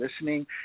listening